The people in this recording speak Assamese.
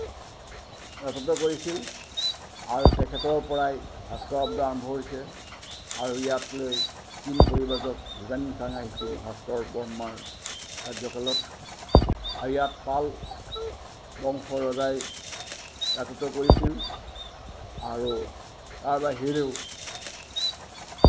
ৰাজত্ব কৰিছিল আৰু তেখেতৰ পৰাই ভাস্কৰাব্দ আৰম্ভ হৈছে আৰু ইয়াক লৈ চীন পৰিব্ৰাজক হিউয়েন চাং আহিছিল ভাস্কৰ বৰ্মাৰ কাৰ্যকালত আৰু ইয়াত পাল বংশৰ ৰজাই ৰাজত্ব কৰিছিল আৰু তাৰ বাহিৰেও